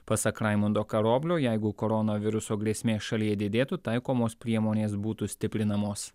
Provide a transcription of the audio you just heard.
pasak raimundo karoblio jeigu koronaviruso grėsmė šalyje didėtų taikomos priemonės būtų stiprinamos